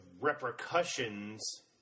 repercussions